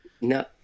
no